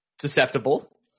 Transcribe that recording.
susceptible